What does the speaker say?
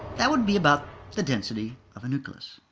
that would be about the density of a nucleus.